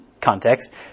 context